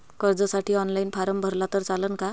कर्जसाठी online form भरला तर चालन का?